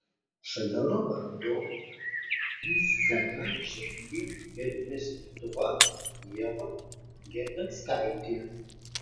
šalia rolando į sceną žengė ir mis lietuva ieva gervinskaitė